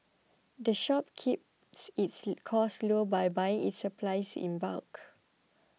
the shop keeps its costs low by buying its supplies in bulk